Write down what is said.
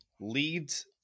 leads